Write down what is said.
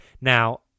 Now